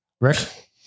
Rick